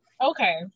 okay